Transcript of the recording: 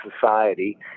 society